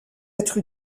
être